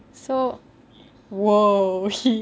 so !whoa!